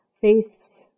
faith's